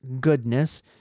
goodness